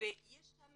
יש שם